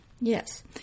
Yes